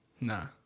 Nah